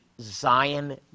Zion